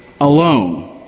alone